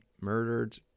murdered